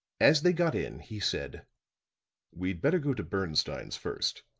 as they got in, he said we'd better go to bernstine's first.